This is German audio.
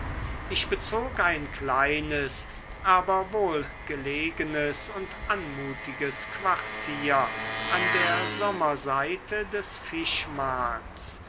ich bezog ein kleines aber wohlgelegenes und anmutiges quartier an der sommerseite des fischmarkts